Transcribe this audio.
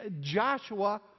Joshua